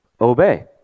Obey